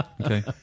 Okay